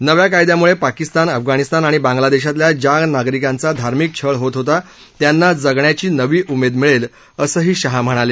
नव्या कायद्यामुळे पाकिस्तान अफगाणिस्तान आणि बांग्लादेशातल्या ज्या नागरिकांचा धार्मिक छळ होत होता त्यांना जगण्याची नवी उमेद मिळेल असंही शाह म्हणाले